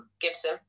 Gibson